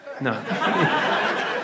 no